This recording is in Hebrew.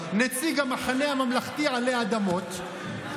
נציג המחנה הממלכתי עלי אדמות,